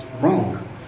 wrong